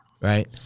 Right